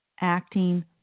acting